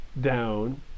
down